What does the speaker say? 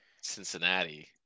Cincinnati